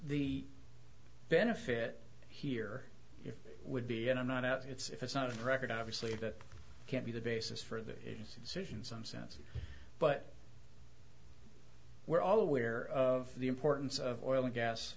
benefit here it would be and i'm not out it's not a record obviously that can't be the basis for the agency decision some sense but we're all aware of the importance of oil and gas